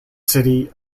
city